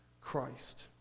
Christ